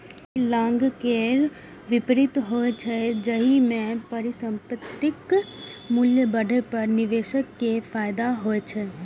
ई long केर विपरीत होइ छै, जाहि मे परिसंपत्तिक मूल्य बढ़ै पर निवेशक कें फायदा होइ छै